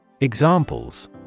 Examples